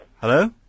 Hello